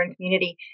community